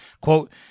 quote